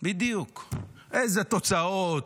בדיוק, איזה תוצאות,